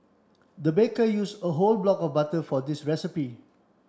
the baker use a whole block of butter for this recipe